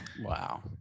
Wow